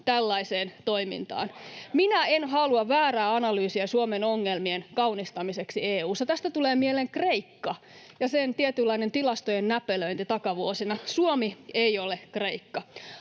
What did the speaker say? Demarit käyttää!] Minä en halua väärää analyysia Suomen ongelmien kaunistamiseksi EU:ssa. Tästä tulee mieleen Kreikka ja sen tietynlainen tilastojen näpelöinti takavuosina. Suomi ei ole Kreikka.